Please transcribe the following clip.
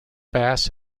bass